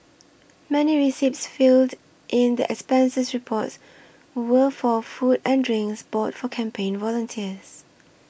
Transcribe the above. many receipts filed in the expenses reports were for food and drinks bought for campaign volunteers